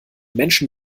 menschen